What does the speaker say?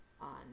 On